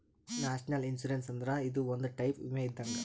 national insurance ಅಂದ್ರ ಇದು ಒಂದ್ ಟೈಪ್ ವಿಮೆ ಇದ್ದಂಗ್